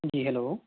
جی hello